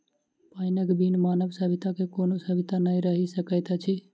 पाइनक बिन मानव सभ्यता के कोनो सभ्यता नै रहि सकैत अछि